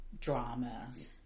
dramas